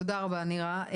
תודה רבה, נירה.